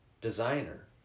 designer